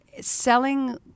selling